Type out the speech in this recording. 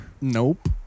Nope